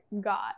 God